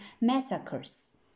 massacres